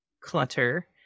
clutter